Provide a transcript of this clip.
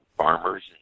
Farmers